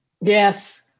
Yes